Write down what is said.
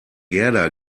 gerda